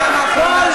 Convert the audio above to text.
אני אתן לכם זמן להגיב.